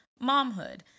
momhood